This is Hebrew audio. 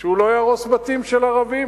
שהוא לא יהרוס בתים של ערבים.